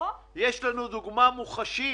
יש לנו דוגמה מוחשית.